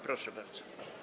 Proszę bardzo.